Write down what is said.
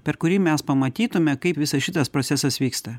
per kurį mes pamatytume kaip visas šitas procesas vyksta